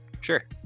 Sure